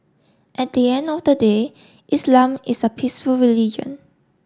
at the end of the day Islam is a peaceful religion